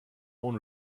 own